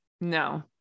No